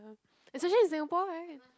especially in Singapore right